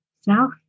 South